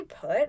put